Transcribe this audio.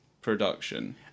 production